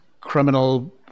criminal